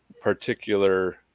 particular